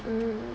mmhmm